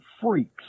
freaks